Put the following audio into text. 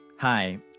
Hi